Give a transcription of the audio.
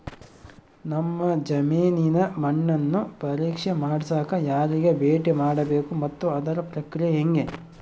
ನಮ್ಮ ಜಮೇನಿನ ಮಣ್ಣನ್ನು ಪರೇಕ್ಷೆ ಮಾಡ್ಸಕ ಯಾರಿಗೆ ಭೇಟಿ ಮಾಡಬೇಕು ಮತ್ತು ಅದರ ಪ್ರಕ್ರಿಯೆ ಹೆಂಗೆ?